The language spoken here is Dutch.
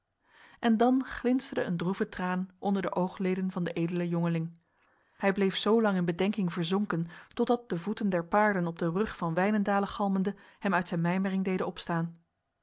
en dan glinsterde een droeve traan onder de oogleden van de edele jongeling hij bleef zo lang in bedenking verzonken totdat de voeten der paarden op de brug van wijnendale galmende hem uit zijn mijmering deden opstaan